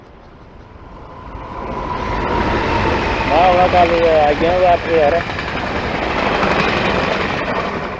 में यरा कल्ल आई जाना अट्ठ बजे हारे